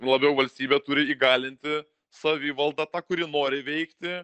labiau valstybė turi įgalinti savivaldą tą kuri nori veikti